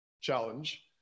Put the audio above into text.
challenge